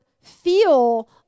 feel